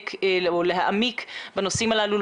לעומק ולהעמיק בנושאים הללו,